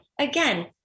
Again